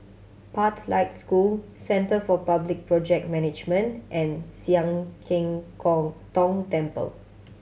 Pathlight School Centre for Public Project Management and Sian Keng Kong Tong Temple